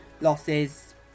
losses